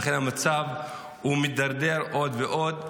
ולכן המצב מידרדר עוד ועוד.